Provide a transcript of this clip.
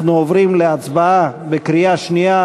אנחנו עוברים להצבעה בקריאה שנייה.